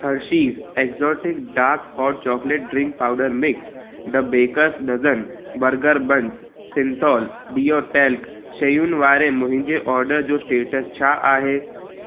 Hershey's exotic dark hot chocolate drink powder mix the bakers dozen burger bun Cinthol deo talc शयुनि वारे मुंहिंजे order जो status छा आहे